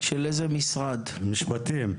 במשרד המשפטים,